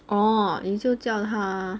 oh 你就叫他